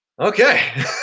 okay